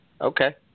Okay